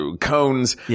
cones